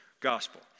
gospel